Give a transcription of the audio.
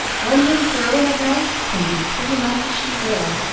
one little girl in a house can do pretty much as she will,